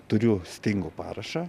turiu stingo parašą